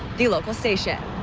the local station.